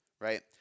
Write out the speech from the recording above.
right